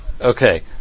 Okay